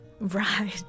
Right